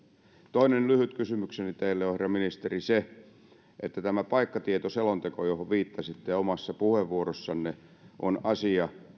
toinen lyhyt kysymykseni teille herra ministeri tämä paikkatietoselonteko johon viittasitte omassa puheenvuorossanne on asia